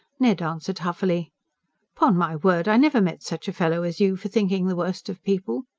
ned answered huffily pon my word, i never met such a fellow as you, for thinking the worst of people.